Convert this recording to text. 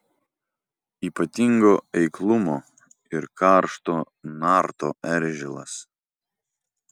ypatingo eiklumo ir karšto narto eržilas